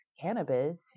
cannabis